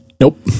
Nope